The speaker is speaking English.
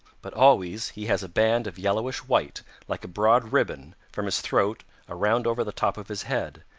but always he has a band of yellowish-white, like a broad ribbon, from his throat around over the top of his head,